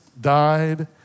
died